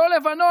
לא לבנון,